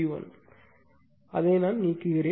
எனவே அதை நீக்குகிறேன்